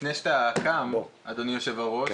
לפני שאתה קם אדוני היו"ר,